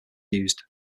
used